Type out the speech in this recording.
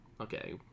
okay